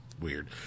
weird